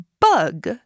bug